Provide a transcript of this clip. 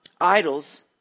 idols